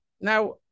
Now